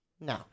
No